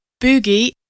Boogie